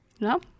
No